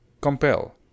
Compel